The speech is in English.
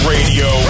Radio